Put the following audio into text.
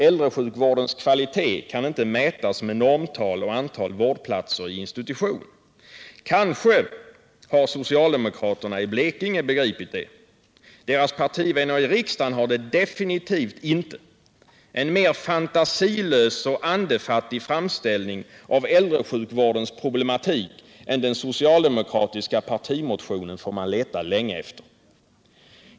Äldresjukvårdens kvalitet kan inte mätas med normtal och antal vårdplatser i institution. Kanske har socialdemokraterna i Blekinge begripit det. Deras partivänner i riksdagen har det definitivt inte. En mera fantasilös och andefattig framställning om äldresjukvårdens problematik än den socialdemokratiska partimotionen får man leta länge efter.